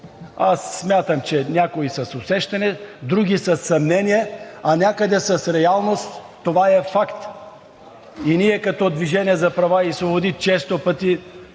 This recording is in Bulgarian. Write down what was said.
Аз смятам, че някои са с усещане, други – със съмнения, а някъде – с реалност това е факт. И ние като „Движение за права и свободи“ често пъти,